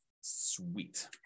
Sweet